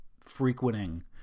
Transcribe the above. frequenting